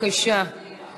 בקשות רשות דיבור.